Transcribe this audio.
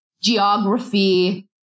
geography